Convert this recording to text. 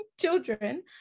children